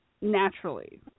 naturally